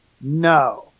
no